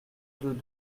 deux